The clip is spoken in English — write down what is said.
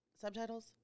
Subtitles